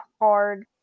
hard